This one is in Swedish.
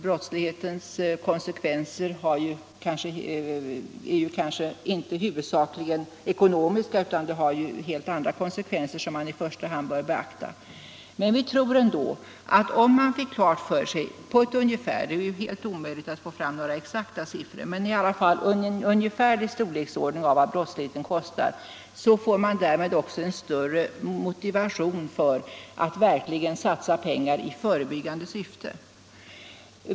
Brottslighetens konsekvenser är ju inte huvudsakligen ekonomiska, utan det är andra konsekvenser som man i första hand bör beakta. Men jag tror att om man fick klart för sig på ett ungefär — det är helt omöjligt att få fram exakta siffror — vad brottsligheten kostar, så skulle man därmed också få en större motivation för att verkligen satsa pengar i förebyggande syfte.